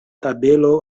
tabelo